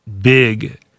big